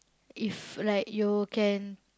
if like you can